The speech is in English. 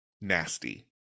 nasty